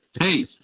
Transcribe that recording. Hey